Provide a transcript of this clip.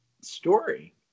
story